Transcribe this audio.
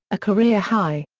a career high.